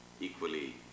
equally